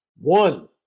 one